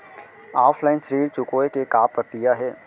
Offline ऋण चुकोय के का प्रक्रिया हे?